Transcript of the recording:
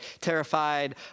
terrified